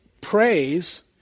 praise